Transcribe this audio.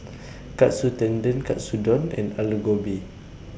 Katsu Tendon Katsudon and Alu Gobi